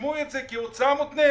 תרשמו את זה כהוצאה מותנית